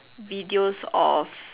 videos of